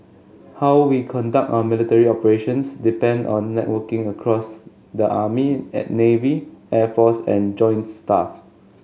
how we conduct our military operations depend on networking across the army at navy air force and joint staff